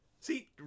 See